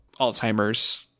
Alzheimer's